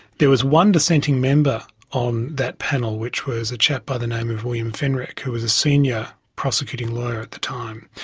there was one dissenting member on that panel which was a chap by the name of william fenrick who was a senior prosecuting lawyer at the time.